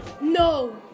No